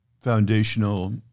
foundational